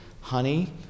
honey